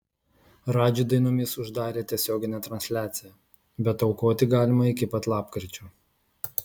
radži dainomis uždarė tiesioginę transliaciją bet aukoti galima iki pat lapkričio